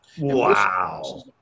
Wow